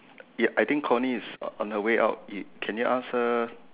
ya I think Courtney is on her way out can you ask her